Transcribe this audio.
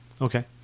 okay